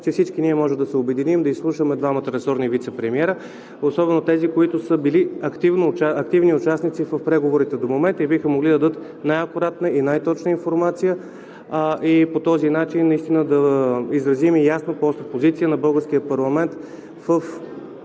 че всички ние можем да се обединим и да изслушаме двамата ресорни вицепремиери, особено тези, които са били активни участници в преговорите до момента и биха могли да дадат най-акуратна и най-точна информация. По този начин наистина да изразим ясната и остра позиция на българския парламент в